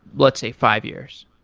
let's say, five years?